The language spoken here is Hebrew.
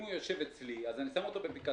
אם הוא יושב אצלי אז אני שם אותו בפיקדון